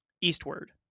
eastward